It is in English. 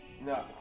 no